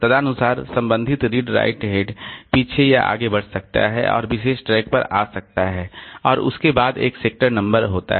तदनुसार संबंधित read write head पीछे या आगे बढ़ सकता है और विशेष ट्रैक पर आ सकता है और उसके बाद एक सेक्टर नंबर होता है